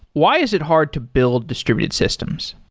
why is it hard to build distributed systems?